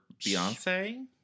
beyonce